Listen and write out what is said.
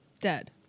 dead